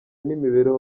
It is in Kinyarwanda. n’imibereho